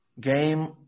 Game